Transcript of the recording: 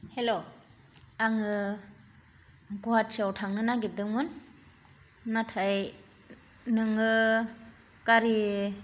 hello आङो गहाटीआव थांनो नागिरदोंमोन नाथाय नोङो गारि